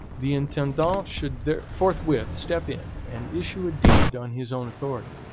the intendant should forthwith step in and issue a deed on his own authority.